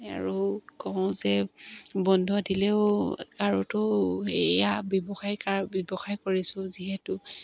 আৰু কওঁ যে বন্ধ দিলেও কাৰোতো এইয়া ব্যৱসায় কাৰ ব্যৱসায় কৰিছোঁ যিহেতু